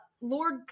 Lord